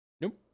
Nope